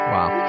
Wow